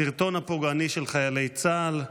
הסרטון הפוגעני של חיילי צה"ל.